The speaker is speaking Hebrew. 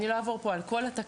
אני לא אעבור פה על כל התקנות,